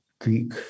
Greek